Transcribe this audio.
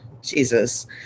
Jesus